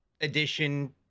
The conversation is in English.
edition